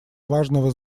важного